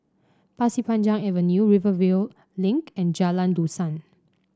Pasir Panjang Avenue Rivervale Link and Jalan Dusan